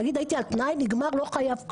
נגיד הייתי על תנאי נגמר לא חייב כלום,